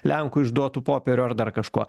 lenkų išduotų popierių ar dar kažko